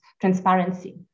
transparency